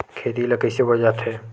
खेती ला कइसे बोय जाथे?